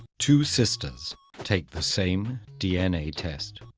two sisters take the same dna test.